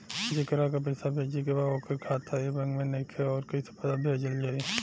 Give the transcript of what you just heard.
जेकरा के पैसा भेजे के बा ओकर खाता ए बैंक मे नईखे और कैसे पैसा भेजल जायी?